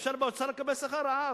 אפשר באוצר לקבל שכר רעב,